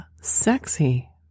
sexy